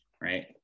right